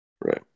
Right